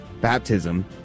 baptism